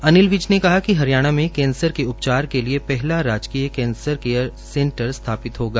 अनिल विज ने कहा कि हरियाणा में कैंसर के उपचार के लिए पहला राजकीय कैंसर केयर सेंटर स्थापित होगा